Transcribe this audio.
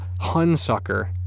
hunsucker